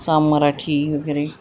साम मराठी वगैरे